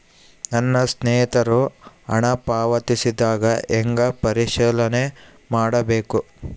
ನನ್ನ ಸ್ನೇಹಿತರು ಹಣ ಪಾವತಿಸಿದಾಗ ಹೆಂಗ ಪರಿಶೇಲನೆ ಮಾಡಬೇಕು?